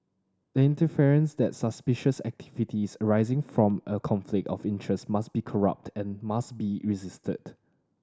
the interference that suspicious activities arising from a conflict of interest must be corrupt and must be resisted